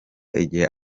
igihe